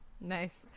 Nice